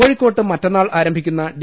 കോഴിക്കോട്ട് മറ്റന്നാൾ ആരംഭിക്കുന്ന ഡി